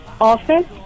office